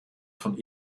von